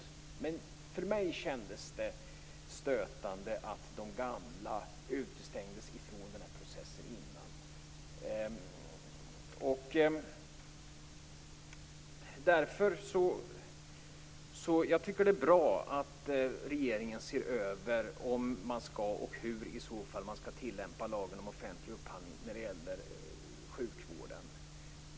Men för mig kändes det stötande att de gamla utestängdes från processen. Jag tycker att det är bra att regeringen ser över om och hur man skall tillämpa lagen om offentlig upphandling när det gäller sjukvården.